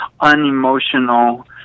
unemotional